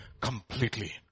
completely